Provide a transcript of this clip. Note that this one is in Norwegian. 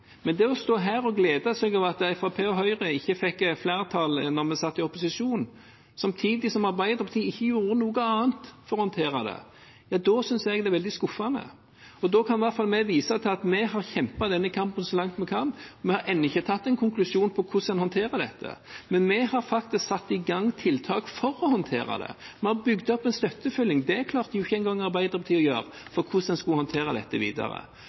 Men å stå her og glede seg over at Fremskrittspartiet og Høyre ikke fikk flertall da vi satt i opposisjon, samtidig som Arbeiderpartiet ikke gjorde noe annet for å håndtere det, det synes jeg er veldig skuffende. Da kan vi i hvert fall vise til at vi har kjempet denne kampen så langt vi kan. Vi har ennå ikke tatt en konklusjon på hvordan en håndterer dette, men vi har faktisk satt i gang tiltak for å håndtere det – vi har bygd opp en støttefylling. Det klarte jo ikke engang Arbeiderpartiet å gjøre – for hvordan en skulle håndtere dette videre.